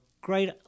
great